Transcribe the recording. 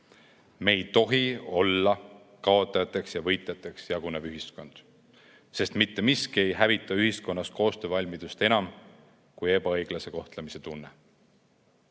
Me ei tohi olla kaotajateks ja võitjateks jagunev ühiskond, sest mitte miski ei hävita ühiskonnas koostöövalmidust enam kui ebaõiglase kohtlemise tunne. On